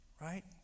Right